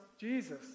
Jesus